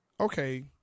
okay